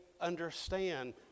understand